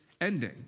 ending